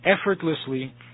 effortlessly